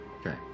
Okay